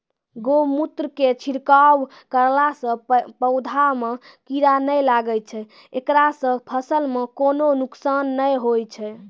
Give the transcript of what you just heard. गोमुत्र के छिड़काव करला से पौधा मे कीड़ा नैय लागै छै ऐकरा से फसल मे कोनो नुकसान नैय होय छै?